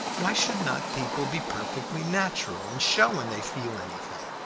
why should not people be perfectly natural, and show when they feel anything,